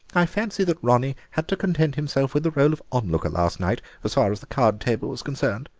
i fancy that ronnie had to content himself with the role of onlooker last night, as far as the card-table was concerned.